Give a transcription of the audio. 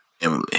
Emily